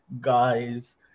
guys